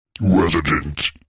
resident